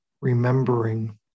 remembering